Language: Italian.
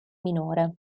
minore